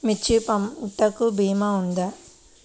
మిర్చి పంటకి భీమా ఉందా?